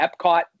Epcot